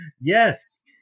yes